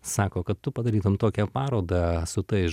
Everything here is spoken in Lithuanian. sako kad tu padarytum tokią parodą su tais